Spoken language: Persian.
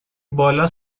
بالا